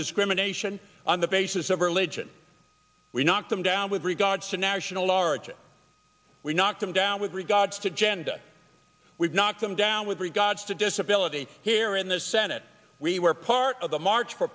discrimination on the basis of religion we knocked them down with regards to national origin we knocked them down with regards to genda we've knocked them down with regards to disability here in the senate we were part of the march for